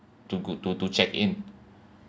to go to to check in